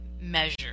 measure